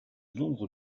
nombre